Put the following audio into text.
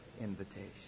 invitation